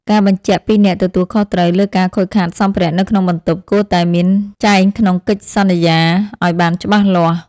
ការបញ្ជាក់ពីអ្នកទទួលខុសត្រូវលើការខូចខាតសម្ភារៈនៅក្នុងបន្ទប់គួរតែមានចែងក្នុងកិច្ចសន្យាឱ្យបានច្បាស់លាស់។